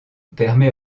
permet